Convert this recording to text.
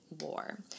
war